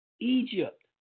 Egypt